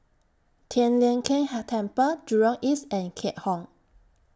Tian Leong Keng Temple Jurong East and Keat Hong